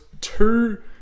two